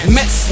Mess